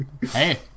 Hey